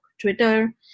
Twitter